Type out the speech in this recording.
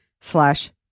slash